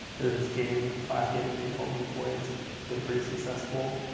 there's this game, a flash game i made called meat boy. it's been pretty successful.